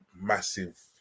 massive